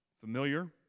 familiar